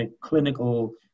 clinical